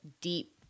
deep